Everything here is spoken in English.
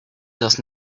does